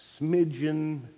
smidgen